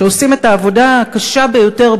שעושים את העבודה הקשה ביותר,